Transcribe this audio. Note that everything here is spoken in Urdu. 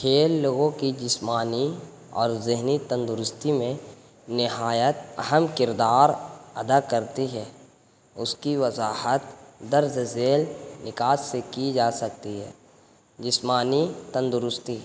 کھیل لوگوں کی جسمانی اور ذہنی تندرستی میں نہایت اہم کردار ادا کرتی ہے اس کی وضاحت درج ذیل نکات سے کی جا سکتی ہے جسمانی تندرستی